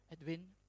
Edwin